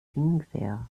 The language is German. ingwer